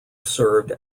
served